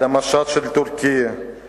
על המשט של הטורקים,